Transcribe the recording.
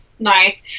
Nice